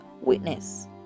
witness